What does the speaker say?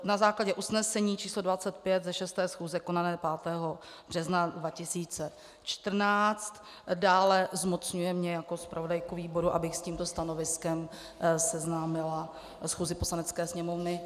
Na základě usnesení číslo 25 ze 6. schůze konané 5. března 2014 dále zmocňuje mě jako zpravodajku výboru, abych s tímto stanoviskem seznámila schůzi Poslanecké sněmovny.